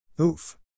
Oof